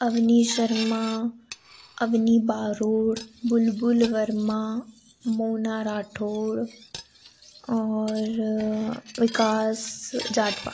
अवनी शर्मा अवनी बारोड़ बुलबुल वर्मा मोना राठोड़ और विकास जाटवा